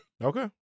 Okay